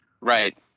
right